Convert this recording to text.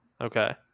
Okay